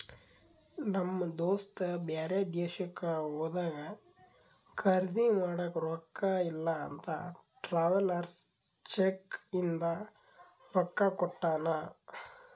ನಮ್ ದೋಸ್ತ ಬ್ಯಾರೆ ದೇಶಕ್ಕ ಹೋದಾಗ ಖರ್ದಿ ಮಾಡಾಕ ರೊಕ್ಕಾ ಇಲ್ಲ ಅಂತ ಟ್ರಾವೆಲರ್ಸ್ ಚೆಕ್ ಇಂದ ರೊಕ್ಕಾ ಕೊಟ್ಟಾನ